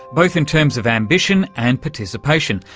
both in terms of ambition and participation.